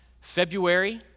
February